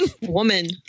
woman